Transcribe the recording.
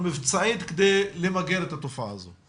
כדי למגר את התופעה הזאת.